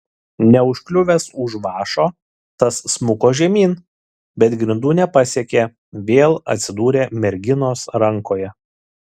neužkliuvęs už vąšo tas smuko žemyn bet grindų nepasiekė vėl atsidūrė merginos rankoje